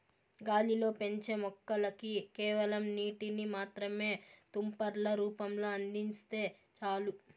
గాలిలో పెంచే మొక్కలకి కేవలం నీటిని మాత్రమే తుంపర్ల రూపంలో అందిస్తే చాలు